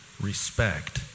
respect